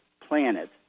planet